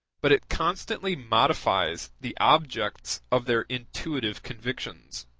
but it constantly modifies the objects of their intuitive convictions.